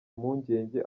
impungenge